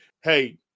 Hey